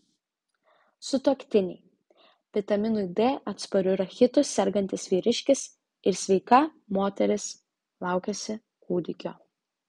sutuoktiniai vitaminui d atspariu rachitu sergantis vyriškis ir sveika moteris laukiasi kūdikio